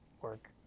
work